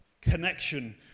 connection